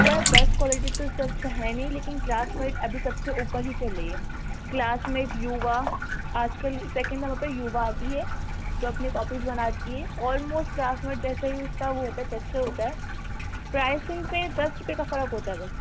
سر best quality تو اس سے اچھا ہے نہیں لیکن کلاس میٹ ابھی سب سے اوپر ہی چل رہی ہے کلاس میٹ یوا آج کل سیکنڈ نمبر پہ یوا آتی ہے جو اپنی کاپیز بناتی ہے آلموسٹ کلاس میٹ جیسے اس کا وہ ہوتا ہے ٹیکسچر ہوتا ہے پرائسنگ پہ دس روپے کا فرق ہوتا ہے بس